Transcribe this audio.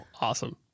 awesome